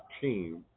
team